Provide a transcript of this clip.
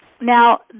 Now